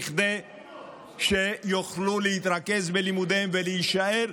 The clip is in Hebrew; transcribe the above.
כדי שיוכלו להתרכז בלימודיהם ולהישאר.